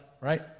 right